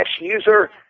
user